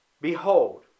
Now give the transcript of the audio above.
Behold